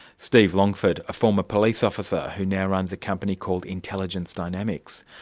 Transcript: steve longford, a former police officer who now runs a company called intelligence dynamics.